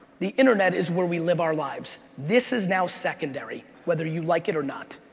the internet is where we live our lives. this is now secondary, whether you like it or not,